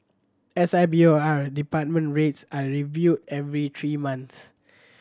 S I B O R department rates are reviewed every three months